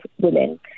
women